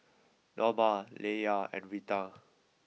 Norma Laylah and Rita